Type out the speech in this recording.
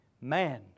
Man